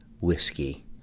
whiskey